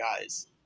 guys